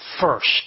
first